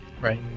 Right